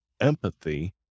empathy